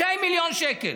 2 מיליון שקל.